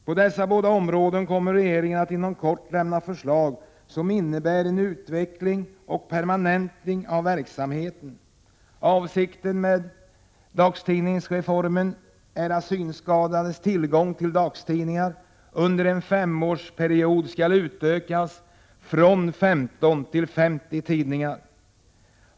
På dessa båda områden kommer regeringen att inom kort lämna förslag som innebär en utveckling och permanentning av verksamheterna. Avsikten med dagstidningsreformen är att synskadades tillgång till dagstidningar under en femårsperiod skall ökas från 15 till 50 tidningar.